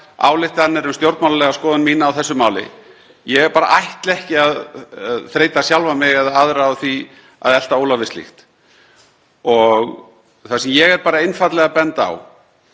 ályktanir um stjórnmálalega skoðun mína á þessu máli. Ég bara ætla ekki að þreyta sjálfan mig eða aðra á því að elta ólar við slíkt. Það sem ég er einfaldlega að benda á